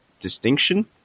distinction